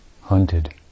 Hunted